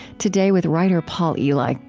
today with writer paul elie. like